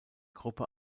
gruppe